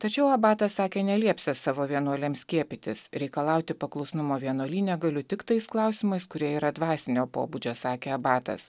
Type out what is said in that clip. tačiau abatas sakė neliepsiąs savo vienuoliams skiepytis reikalauti paklusnumo vienuolyne galiu tik tais klausimais kurie yra dvasinio pobūdžio sakė abatas